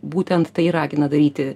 būtent tai ir ragina daryti